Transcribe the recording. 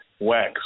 Wax